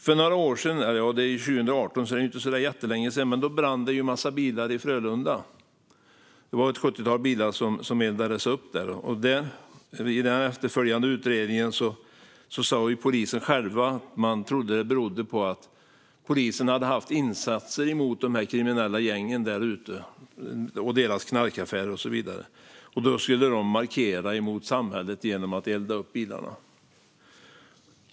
För några år sedan, 2018 - det är alltså inte så jättelänge sedan - brann en massa bilar i Frölunda. Det var ett sjuttiotal bilar som eldades upp. I den efterföljande utredningen sa polisen själv att man trodde att det berodde på att polisen hade gjort insatser mot de kriminella gängen, deras knarkaffärer och så vidare ute i området. De skulle då markera mot samhället genom att elda upp bilarna.